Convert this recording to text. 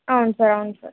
అవును సార్ అవును సార్